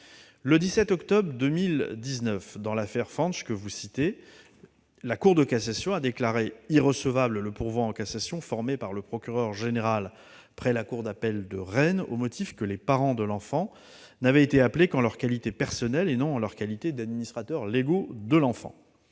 Le 17 octobre 2019, dans l'affaire Fañch, la Cour de cassation a déclaré irrecevable le pourvoi en cassation formé par le procureur général près la cour d'appel de Rennes, au motif que les parents de l'enfant n'avaient été appelés qu'en leur qualité personnelle, et non en leur qualité d'administrateurs légaux de l'enfant.